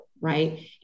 right